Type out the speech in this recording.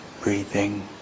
breathing